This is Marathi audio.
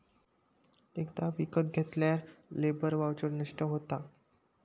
एकदा विकत घेतल्यार लेबर वाउचर नष्ट होता